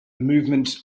movement